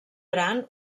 gran